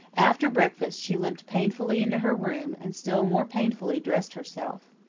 after breakfast, she limped painfully into her room, and still more painfully dressed herself.